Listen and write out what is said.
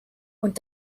und